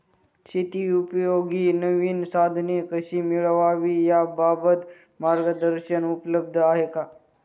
शेतीउपयोगी नवीन साधने कशी मिळवावी याबाबत मार्गदर्शन उपलब्ध आहे का?